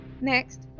Next